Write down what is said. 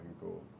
cool